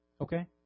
Okay